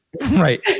Right